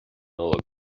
nollag